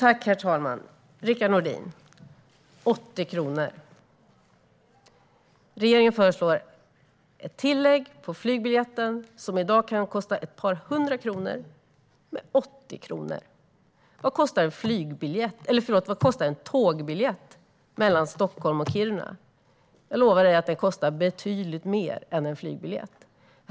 Herr talman! Rickard Nordin! Regeringen föreslår ett tillägg på 80 kronor på flygbiljetten, som i dag kan kosta ett par hundra kronor. 80 kronor! Vad kostar en tågbiljett mellan Stockholm och Kiruna? Jag lovar dig att den kostar betydligt mer än en flygbiljett.